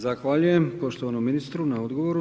Zahvaljujem poštovanom ministru na odgovoru.